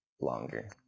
longer